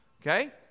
Okay